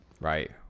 Right